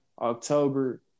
October